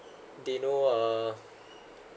they know uh